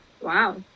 Wow